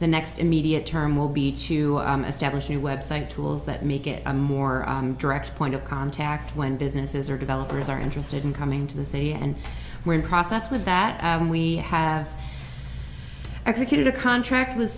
the next immediate term will be to establish a website tools that make it a more direct point of contact when businesses are developers are interested in coming to the say and we're in process with that and we have executed a contract with